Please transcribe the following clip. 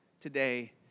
today